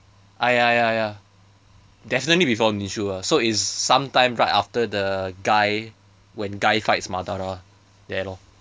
ah ya ya ya definitely before ninshu ah so it's some time right after the guy when guy fights madara there lor